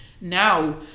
now